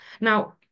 Now